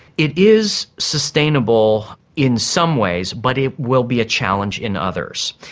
it is sustainable in some ways, but it will be a challenge in others.